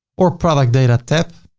or product data tab,